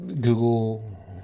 Google